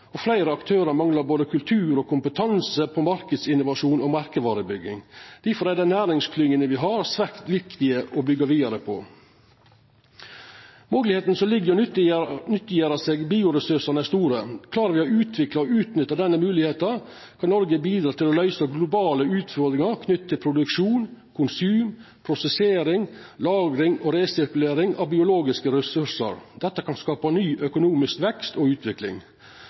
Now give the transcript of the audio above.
og fleire aktørar manglar både kultur og kompetanse på marknadsinnovasjon og merkevarebygging. Difor er dei næringsklyngene me har, svært viktige å byggja vidare på. Moglegheitene som ligg i å nyttiggjera seg bioressursane, er store. Klarar me å utvikla og utnytta denne moglegheita, kan Noreg bidra til å løysa globale utfordringar knytte til produksjon, konsum, prosessering, lagring og resirkulering av biologiske ressursar. Dette kan skapa ny økonomisk vekst og utvikling.